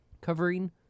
covering